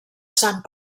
sant